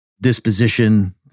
disposition